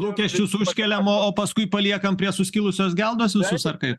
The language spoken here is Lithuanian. lūkesčius užkeliam o o paskui paliekam prie suskilusios geldos visus ar kai